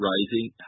Rising